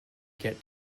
get